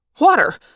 Water